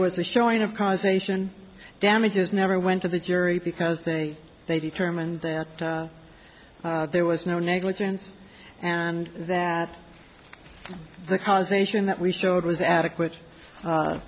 was a showing of causation damages never went to the jury because they they determined that there was no negligence and that the cause nation that we showed was adequate